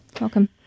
Welcome